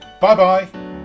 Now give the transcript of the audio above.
bye-bye